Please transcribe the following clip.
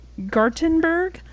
gartenberg